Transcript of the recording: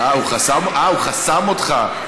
אה, הוא חתם אותך.